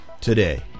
today